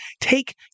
take